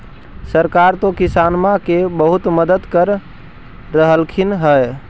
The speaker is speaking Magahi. सरकार तो किसानमा के बहुते मदद कर रहल्खिन ह?